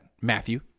Matthew